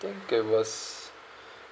I think it was